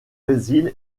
brésil